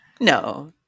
No